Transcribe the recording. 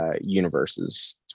universes